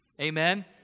Amen